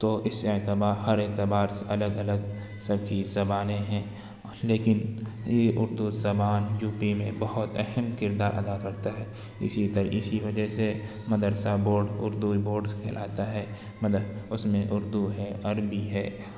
تو اس اعتبا ہر اعتبار سے الگ الگ سب کی زبانیں ہیں لیکن یہ اردو زبان یو پی میں بہت اہم کردار ادا کرتا ہے اسی اسی وجہ سے مدرسہ بورڈ اردو بورڈ کہلاتا ہے اس میں اردو ہے عربی ہے